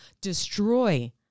destroy